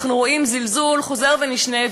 אנחנו רואים זלזול חוזר ונשנה,